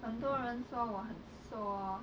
很多人说我很瘦 lor